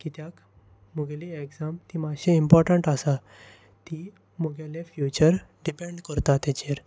कित्याक म्हगेली एग्जाम ती मातशी इम्पोर्टंट आसा ती म्हगेलें फ्युचर डिपेंड करता ताचेर